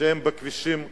שהם בכבישים מסוכנים,